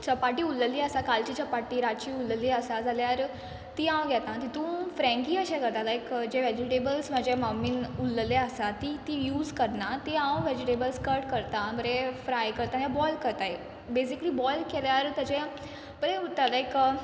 चपाती उल्लली आसा कालची चपाती रातची उल्लली आसा जाल्यार ती हांव घेता तितू फ्रँकी अशें करतां लायक जे वॅजिटेबल्स म्हाजे माम्मीन उल्लले आसा ती ती यूज करना ती हांव वॅजिटेबल्स कट करतां बरें फ्राय करतां या बॉयल करतां एक बेजिकली बॉयल केल्यार ताजे बरें उत्ता लायक